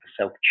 self